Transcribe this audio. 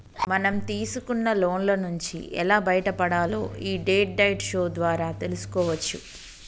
మనం తీసుకున్న లోన్ల నుంచి ఎలా బయటపడాలో యీ డెట్ డైట్ షో ద్వారా తెల్సుకోవచ్చు